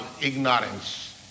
ignorance